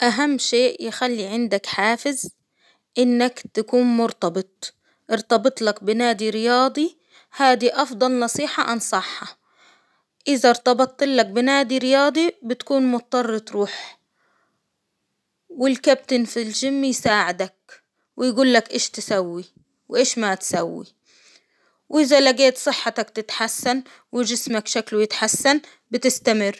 أهم شيء يخلي عندك حافز إنك تكون مرتبط، إرتبطلك بنادي رياضي هادي أفضل نصيحة أنصحها، إذا إرتبطتلك بنادي رياضي بتكون مضطر تروح، والكابتن في الجيم يساعدك إيش تسوي؟ وايش ما تسوي؟ وإذا لقيت صحتك تتحسن وجسمك شكله يتحسن بتستمر.